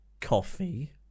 coffee